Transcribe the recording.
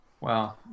Wow